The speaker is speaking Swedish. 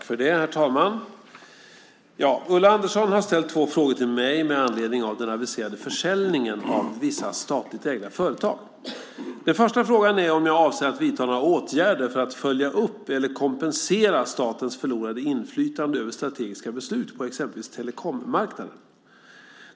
Herr talman! Ulla Andersson har ställt två frågor till mig med anledning av den aviserade försäljningen av vissa statligt ägda företag. Den första frågan är om jag avser att vidta några åtgärder för att följa upp eller kompensera statens förlorade inflytande över strategiska beslut på exempelvis telekommarknaden.